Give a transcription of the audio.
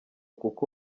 kuko